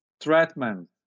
treatment